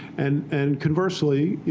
and and conversely,